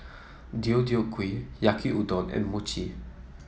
Deodeok Gui Yaki Udon and Mochi